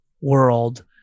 world